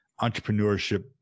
entrepreneurship